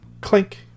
clink